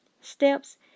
steps